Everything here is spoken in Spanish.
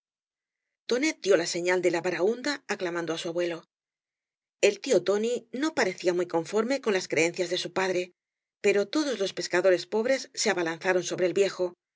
tonet dio la señal de la baraúnda aclamando á su abuelo eí tío tóai no parecía muy conforme con las creencias de su padre pero todoa los pescadores pobres se abalanzaron sobre el viejo